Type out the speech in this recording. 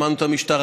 שמענו את המשטרה,